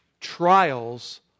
Trials